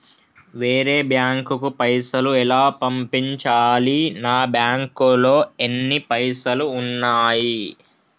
వేరే బ్యాంకుకు పైసలు ఎలా పంపించాలి? నా బ్యాంకులో ఎన్ని పైసలు ఉన్నాయి?